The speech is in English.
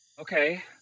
Okay